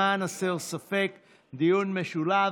למען הסר ספק, דיון משולב.